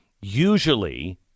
Usually